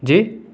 جی